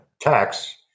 tax